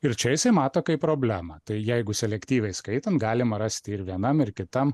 ir čia jisai mato kaip problemą tai jeigu selektyviai skaitant galima rasti ir vienam ir kitam